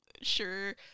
Sure